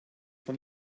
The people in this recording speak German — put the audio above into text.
von